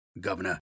Governor